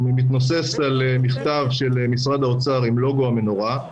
הוא מתנוסס על מכתב של משרד האוצר עם לוגו המנורה.